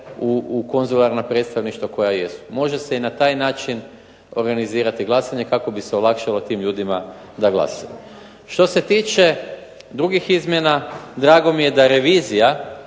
u konzularna predstavništva koja jesu. Može se i na taj način organizirati glasanje kako bi se olakšalo tim ljudima da glasaju. Što se tiče drugih izmjena, drago mi je da revizija